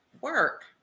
work